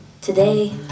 Today